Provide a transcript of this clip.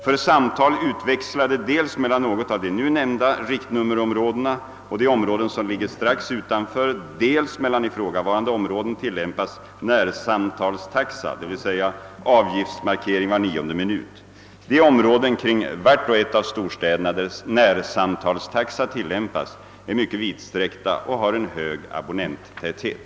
För samtal utväxlade dels mel an något av de nu nämnda riktnummerområdena och de områden som ligger strax utanför, dels mellan ifrågavarande områden tillämpas närsamtalstaxa, d.v.s. avgiftsmarkering var nionde minut. De områden kring vart och ett av storstäderna, där närsamtalstaxa tillämpas, är mycket vidsträckta och har en hög abonnenttäthet.